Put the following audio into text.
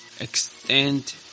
extend